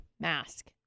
mask